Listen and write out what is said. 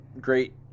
great